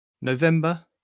November